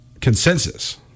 consensus